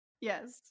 Yes